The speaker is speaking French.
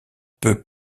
peu